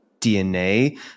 DNA